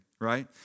right